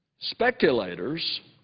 speculators